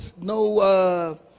no